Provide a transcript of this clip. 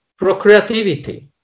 procreativity